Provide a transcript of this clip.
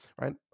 right